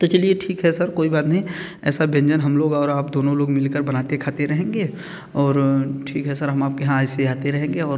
तो चलिए ठीक है सर कोई बात नहीं ऐसा व्यंजन हम लोग और आप दोनों लोग मिल कर बनाते खाते रहेंगे और ठीक है सर हम आप के यहाँ ऐसे ही आते रहेंगे और